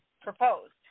proposed